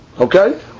okay